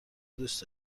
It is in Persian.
دوست